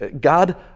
God